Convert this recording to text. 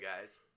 guys